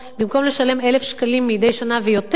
במקום לשלם 1,000 שקלים מדי שנה ויותר,